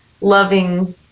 loving